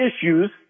issues